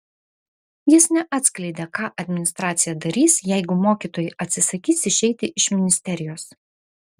jis neatskleidė ką administracija darys jeigu mokytojai atsisakys išeiti iš ministerijos